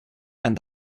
and